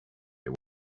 they